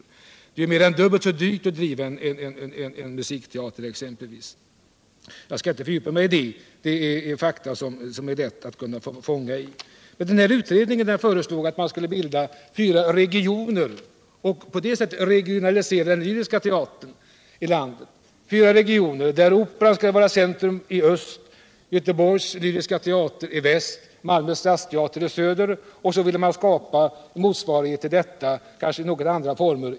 Det är exempelvis mer än dubbelt så dyrt att driva en musikteater, men jag skall inte fördjupa mig i detta. Utredningen föreslog att man skulle bilda fyra regioner och på det sättet regionalisera den lyriska teatern i landet. Operan i Stockholm skulle vara centrum i Öster, Lyriska teatern i Göteborg i väster och Malmö stadsteater i söder, och så ville man skapa en motsvarighet i norr, i kanske något andra former.